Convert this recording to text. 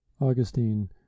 Augustine